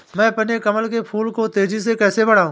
मैं अपने कमल के फूल को तेजी से कैसे बढाऊं?